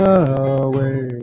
away